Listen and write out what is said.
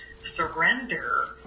surrender